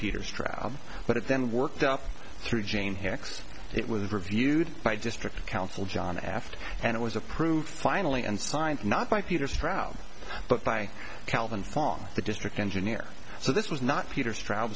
peter straub but it then worked up through jane here it was reviewed by district council john aft and it was approved finally and signed not by peter straub but by calvin fong the district engineer so this was not peter straub